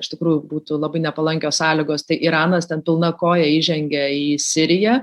iš tikrųjų būtų labai nepalankios sąlygos tai iranas ten pilna koja įžengė į siriją